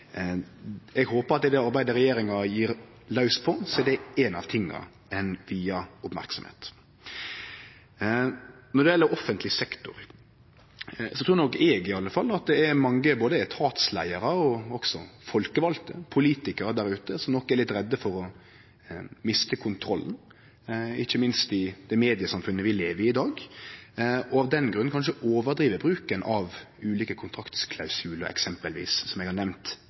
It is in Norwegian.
Eg håpar at i det arbeidet regjeringa gyv laus på, er det ein av tinga ein vier merksemd. Når det gjeld offentleg sektor, trur nok iallfall eg at det er mange, både etatsleiarar og også folkevalde politikarar der ute, som nok er litt redde for å miste kontrollen, ikkje minst i det mediesamfunnet vi lever i i dag, og av den grunnen kanskje overdriv bruken av eksempelvis ulike kontraktklausular, som eg har